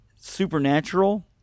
Supernatural